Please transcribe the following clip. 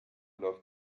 läuft